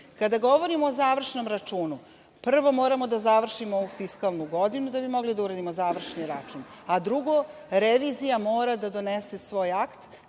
Kada govorimo o završnom računu, prvo moramo da završimo ovu fiskalnu godinu da bi mogli da uradimo završni račun, a drugo revizija mora da donese svoj akt